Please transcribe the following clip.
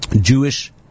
Jewish